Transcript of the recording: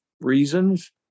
reasons